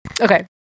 Okay